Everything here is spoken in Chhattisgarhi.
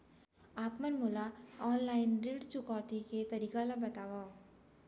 आप मन मोला ऑनलाइन ऋण चुकौती के तरीका ल बतावव?